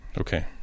Okay